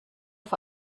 auf